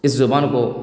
اس زبان کو